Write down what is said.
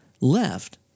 left